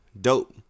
dope